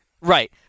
right